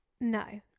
No